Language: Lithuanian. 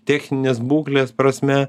techninės būklės prasme